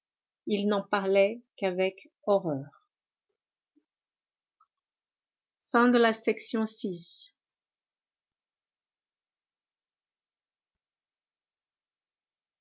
il n'en parlait qu'avec horreur chapitre vii